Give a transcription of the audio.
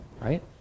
Right